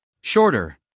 shorter